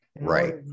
Right